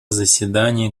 заседании